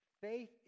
Faith